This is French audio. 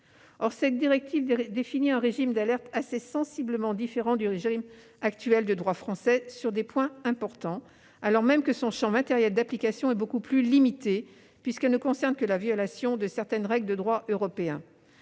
Or cette directive définit un régime de l'alerte assez sensiblement différent du régime actuel de droit français sur des points importants, alors même que son champ matériel d'application est beaucoup plus limité, puisqu'elle ne concerne que la violation de certaines règles de droit européen.